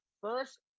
first